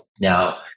now